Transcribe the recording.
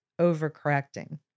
overcorrecting